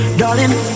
darling